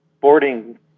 boarding